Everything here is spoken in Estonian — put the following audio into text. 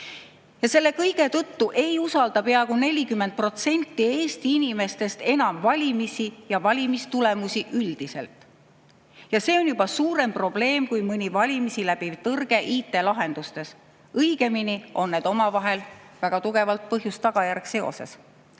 hull. Selle kõige tõttu ei usalda peaaegu 40% Eesti inimestest enam valimisi ja valimistulemusi üldiselt. See on juba suurem probleem kui mõni valimisi läbiv tõrge IT‑lahendustes. Õigemini on need omavahel väga tugevalt põhjuse ja tagajärje